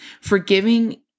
Forgiving